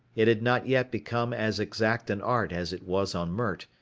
it had not yet become as exact an art as it was on mert,